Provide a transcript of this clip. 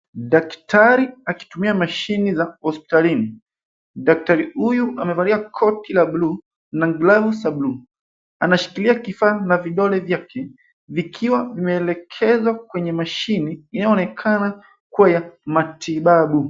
Daktari akitumia mashine za hospitalini daktari huyu amevalia koti la buluu na glavu za buluu anashikilia kifaa na vidole vyake vikiwa vimeelekezwa kwenye mashine inayoonekana kuwa ya matibabu